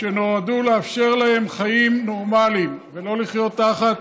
שנועדו לאפשר להם חיים נורמליים, ולא לחיות תחת